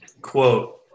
quote